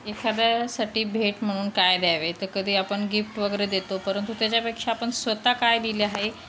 एखाद्यासाटी भेट म्हणून काय द्यावे तर कधी आपन गिफ्ट वगरे देतो परंतु त्याच्यापेक्षा आपन स्वतः काय दिले हाये